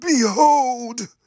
Behold